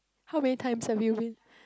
how many times have you been